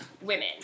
women